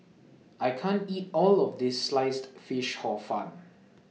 I can't eat All of This Sliced Fish Hor Fun